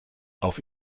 auf